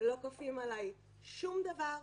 לא כופים עליי שום דבר,